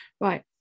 Right